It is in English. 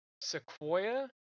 sequoia